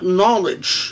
knowledge